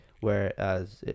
Whereas